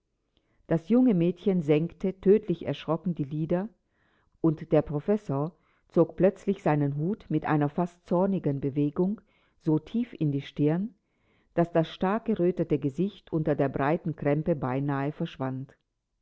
das junge mädchen senkte tödlich erschrocken die lider und der professor zog plötzlich seinen hut mit einer fast zornigen bewegung so tief in die stirn daß das stark gerötete gesicht unter der breiten krempe beinahe verschwand